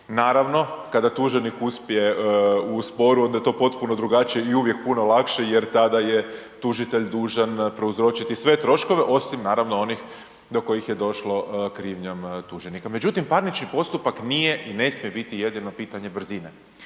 Naravno kada tuženik uspije u sporu onda je to potpuno drugačije i uvijek puno lakše jer tada je tužitelj dužan prouzročiti sve troškove osim naravno onih do kojih je došlo krivnjom tuženika. Međutim, parnični postupak nije i ne smije biti jedino pitanje brzine.